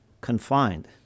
confined